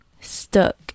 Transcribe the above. stuck